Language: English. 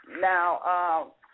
Now